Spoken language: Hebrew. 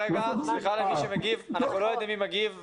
אנחנו לא יודעים מי מגיב,